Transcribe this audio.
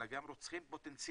אלא גם רוצחים פוטנציאליים,